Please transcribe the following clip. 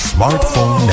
Smartphone